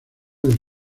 del